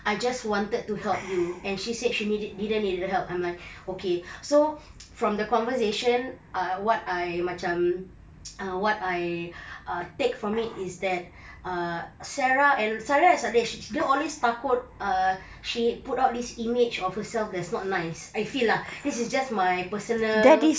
I just wanted to help you and she said she didn't she didn't need help I'm like okay so from the conversation ah what I macam ah what I ah take from it is that ah sarah and sarah is dia always takut err she put put this image of herself that's not nice I feel lah this is just my personal